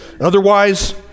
Otherwise